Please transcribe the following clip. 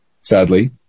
sadly